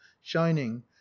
shining